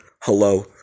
hello